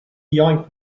young